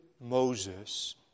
Moses